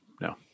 no